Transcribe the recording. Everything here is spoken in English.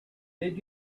did